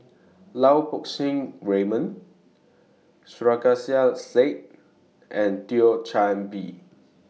Lau Poo Seng Raymond Sarkasi Said and Thio Chan Bee